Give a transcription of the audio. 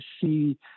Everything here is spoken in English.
see